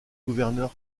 gouverneur